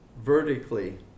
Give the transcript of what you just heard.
vertically